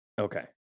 Okay